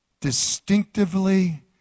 distinctively